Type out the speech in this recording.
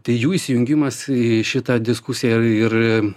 tai jų įsijungimas į šitą diskusiją i ir